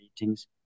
meetings